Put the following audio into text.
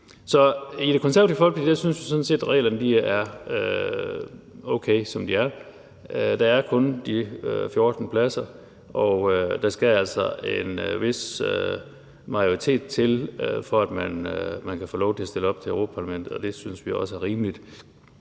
I Det Konservative Folkeparti synes vi sådan set, at reglerne er okay, som de er. Der er kun de 14 pladser, og der skal altså en vis tilslutning til, for at man kan få lov til at stille op til Europa-Parlamentet, og det synes vi også er rimeligt,